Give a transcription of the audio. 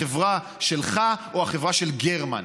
החברה שלך או החברה של גרמן.